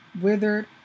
withered